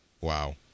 Wow